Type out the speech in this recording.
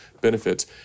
benefits